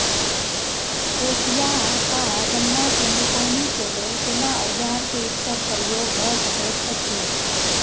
कोसयार आ गन्ना के निकौनी के लेल केना औजार के उत्तम प्रयोग भ सकेत अछि?